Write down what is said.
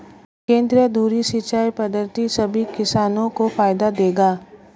केंद्रीय धुरी सिंचाई पद्धति सभी किसानों को फायदा देगा